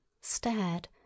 stared